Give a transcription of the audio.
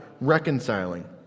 reconciling